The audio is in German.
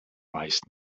meist